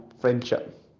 friendship